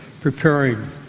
preparing